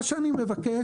אני מבקש